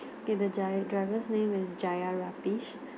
K the drive driver's name is jaya rappish